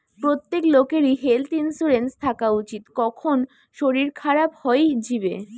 প্রত্যেক লোকেরই health insurance থাকা উচিত, কখন শরীর খারাপ হই যিবে